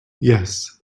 yes